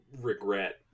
regret